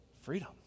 Freedom